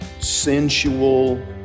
sensual